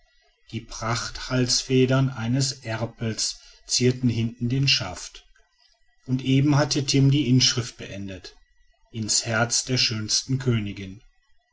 die prachthalsfedern eines erpels zierten hinten den schaft und eben hatte timm die inschrift beendet ins herz der schönsten königin